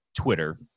Twitter